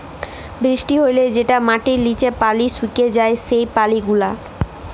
বৃষ্টি হ্যলে যেটা মাটির লিচে পালি সুকে যায় সেই পালি গুলা